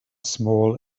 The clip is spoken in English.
small